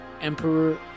Emperor